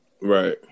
right